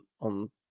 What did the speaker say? on